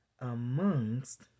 amongst